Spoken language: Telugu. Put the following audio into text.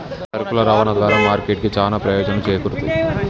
సరుకుల రవాణా ద్వారా మార్కెట్ కి చానా ప్రయోజనాలు చేకూరుతయ్